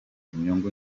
inyungu